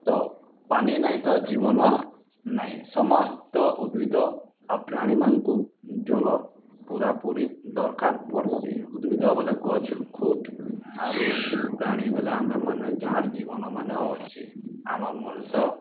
ତ ପାନି ନାହିଁ ତ ଜୀବନ ନାଇଁ ସମସ୍ତ ଉଦ୍ଭିଦ ଆଉ ପ୍ରାଣୀମାନଙ୍କୁ ଜଳ ପୁରାପୁରୀ ଦରକାର୍ ପଡ଼ଶୀ ଉଦ୍ଭିଦ ବୋଲେ ଗଛ୍ କୁଟ୍ ଆରୁ ପ୍ରାଣୀ ବୋଲେ ଆମେମାନେ ଯାହାର ଜୀବନ ମାନେ ଅଛି ଆମର୍ ମଣିଷ